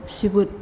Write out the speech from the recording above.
सिबोद